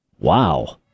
Wow